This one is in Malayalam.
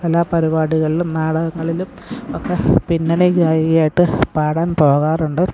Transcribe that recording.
കലാപരിപാടികളിലും നാടകങ്ങളിലും ഒക്കെ പിന്നണി ഗായികയായിട്ട് പാടാൻ പോകാറുണ്ട്